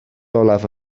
olaf